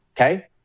okay